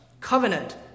Covenant